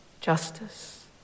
justice